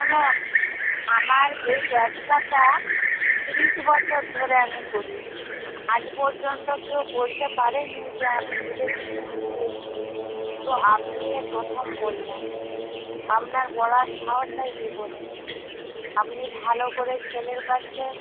শুনুন আমার এই ব্যবসাটা তিরিশ বছর ধরে আমি করি আজ পর্যন্ত কেউ বলতে পারে নি যে আমি দুধে কিছু মিশিয়েছি তো আপনি এই প্রথম বললেন আপনার বলার সাহস হয় কি করে আপনি ভালো করে ছেলের কাছে